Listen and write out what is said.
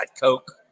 Coke